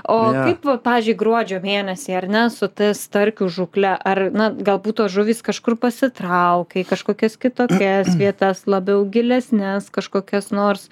o kaip va pavyzdžiui gruodžio mėnesį ar ne su ta starkių žūklę ar na galbūt tos žuvys kažkur pasitraukia į kažkokias kitokias vietas labiau gilesnes kažkokias nors